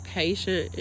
patient